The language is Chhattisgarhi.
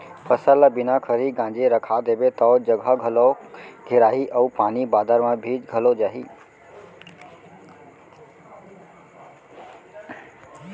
फसल ल बिना खरही गांजे रखा देबे तौ जघा घलौ घेराही अउ पानी बादर म भींज घलौ जाही